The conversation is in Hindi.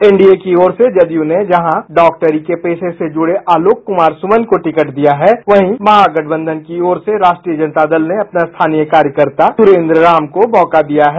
एनडीए की ओर से जदयू ने जहां डाक्टरी के पेशे से जुडे आलोक कुमार सुमन को टिकट दिया है वहीं महागठबंधन की ओर से राष्ट्रीय जनता दल ने अपने स्थानीय कार्यकर्ता सुरेंद्र राम को मौका दिया है